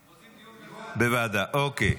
בוועדה, אוקיי.